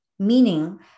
Meaning